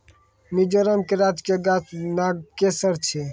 मिजोरम के राजकीय गाछ नागकेशर छै